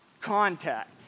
contact